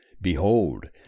behold